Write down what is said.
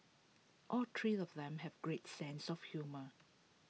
all three of them have great sense of humour